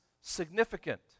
significant